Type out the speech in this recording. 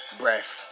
breath